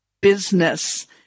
business